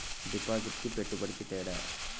డిపాజిట్కి పెట్టుబడికి తేడా?